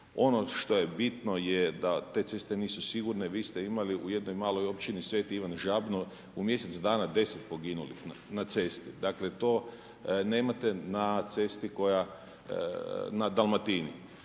Ono što je bitno je da te ceste nisu sigurne. Vi ste imali u jednoj maloj općini Sv. Ivan Žabno, u mjesec dana 10 poginulih na cesti. Dakle to nemate na cesti koja na Dalmatini.